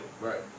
Right